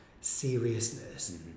seriousness